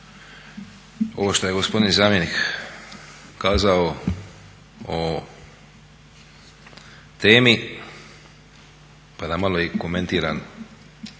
ovo što je gospodin zamjenik kazao o temi pa da malo i komentiram